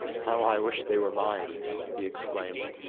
how i wish they were mine he exclaimed.